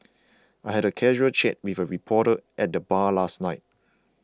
I had a casual chat with a reporter at the bar last night